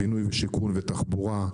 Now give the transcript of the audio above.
בינוי ושיכון ותחבורה.